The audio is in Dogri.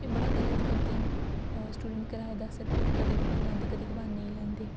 एह बड़ा गलत करदे न अगर स्टूडेंट कराया दस रपेऽ ऐ कदें कबार लैंदे कदें कबार नेईं लैंदे